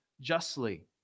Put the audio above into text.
justly